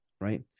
Right